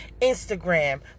Instagram